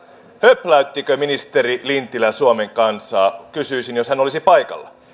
höpläyttikö ministeri lintilä suomen kansaa kysyisin jos hän olisi paikalla